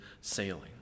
sailing